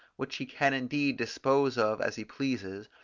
which he can indeed dispose of as he pleases,